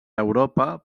europa